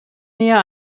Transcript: näher